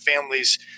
families